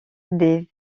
des